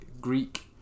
Greek